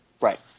right